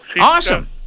Awesome